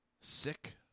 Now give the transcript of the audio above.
sick